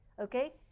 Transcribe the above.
Okay